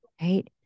right